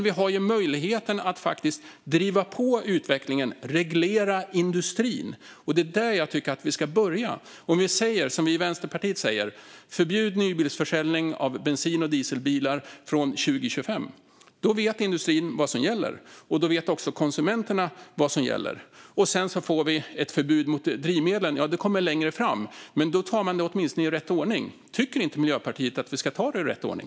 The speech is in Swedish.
Vi har ju möjligheten att faktiskt driva på utvecklingen och reglera industrin. Det är där jag tycker att vi ska börja. Om vi, som vi i Vänsterpartiet säger, förbjuder nybilsförsäljning av bensin och dieselbilar från 2025 vet industrin vad som gäller, och då vet också konsumenterna vad som gäller. Och sedan får vi ett förbud mot drivmedlen längre fram, men då tar man det åtminstone i rätt ordning. Tycker inte Miljöpartiet att vi ska ta det i rätt ordning?